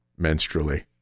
menstrually